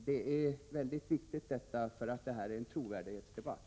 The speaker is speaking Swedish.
Det är väldigt viktigt att få veta detta, för här gäller det en trovärdighetsdebatt.